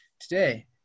today